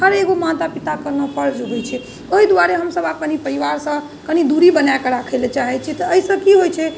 हर एगो माता पिताके ने फर्ज होइ छै ओहि दुआरे हमसभ आब कनी परिवारसँ कनी दूरी बनाए कऽ राखै लेल चाहै छियै तऽ एहिसँ की होइ छै